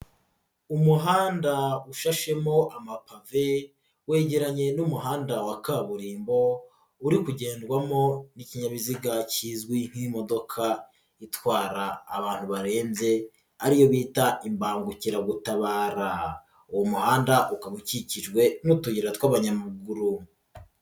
Umuhanda ushashemo amapave wegeranye n'umuhanda wa kaburimbo uri kugendwamo n'ikinyabiziga kizwi nk'imodoka itwara abantu barembye ari yo bita imbangukiragutabara, uwo muhanda ukaba ukikijwe n'utuyira tw'abanyamaguru.